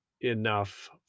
enough